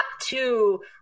two